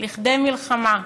לכדי מלחמה.